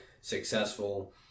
successful